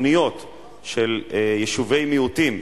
שתוכניות של יישובי מיעוטים,